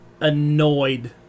annoyed